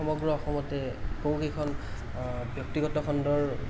সমগ্ৰ অসমতে বহু কেইখন ব্য়ক্তিগত খণ্ডৰ